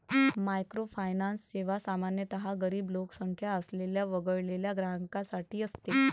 microfinance सेवा सामान्यतः गरीब लोकसंख्या असलेल्या वगळलेल्या ग्राहकांसाठी असते